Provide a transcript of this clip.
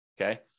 Okay